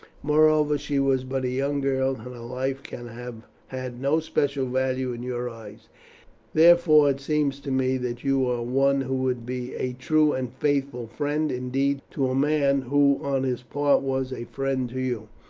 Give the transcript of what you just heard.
moreover, she was but a young girl, and her life can have had no special value in your eyes therefore, it seems to me that you are one who would be a true and faithful friend indeed to a man who on his part was a friend to you.